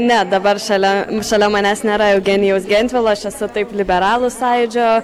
ne dabar šalia šalia manęs nėra eugenijaus gentvilo aš esu taip liberalų sąjūdžio